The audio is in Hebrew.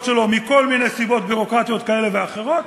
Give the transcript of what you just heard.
שלו מכל מיני סיבות ביורוקרטיות כאלה ואחרות,